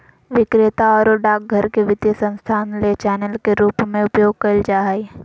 विक्रेता आरो डाकघर के वित्तीय संस्थान ले चैनल के रूप में उपयोग कइल जा हइ